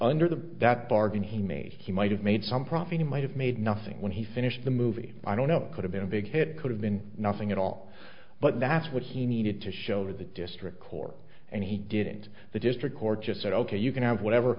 under the that bargain he made he might have made some profit he might have made nothing when he finished the movie i don't know could have been a big hit could have been nothing at all but that's what he needed to show or the district court and he didn't the district court just said ok you can have whatever